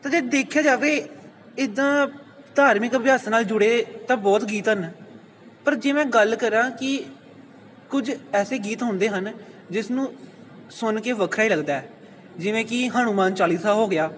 ਤਾਂ ਜੇ ਦੇਖਿਆ ਜਾਵੇ ਇੱਦਾਂ ਧਾਰਮਿਕ ਅਭਿਆਸਾਂ ਨਾਲ ਜੁੜੇ ਤਾਂ ਬਹੁਤ ਗੀਤ ਹਨ ਪਰ ਜੇ ਮੈਂ ਗੱਲ ਕਰਾਂ ਕਿ ਕੁਝ ਐਸੇ ਗੀਤ ਹੁੰਦੇ ਹਨ ਜਿਸ ਨੂੰ ਸੁਣ ਕੇ ਵੱਖਰਾ ਹੀ ਲੱਗਦਾ ਜਿਵੇਂ ਕਿ ਹਨੂੰਮਾਨ ਚਾਲੀਸਾ ਹੋ ਗਿਆ